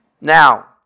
Now